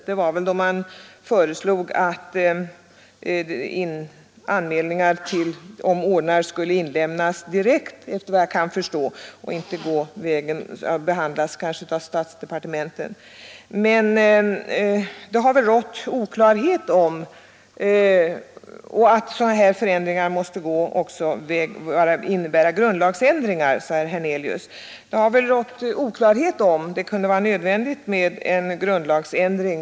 Enligt vad jag förstår menar herr Hernelius förslaget att anmälningar om ordnar skulle inlämnas direkt i stället för att behandlas av statsdepartementen — ändringar i det fallet måste innebära grundlagsändringar, ansåg herr Hernelius. Ja, det har väl rått oklarhet om huruvida det var nödvändigt med en grundlagsändring.